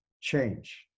change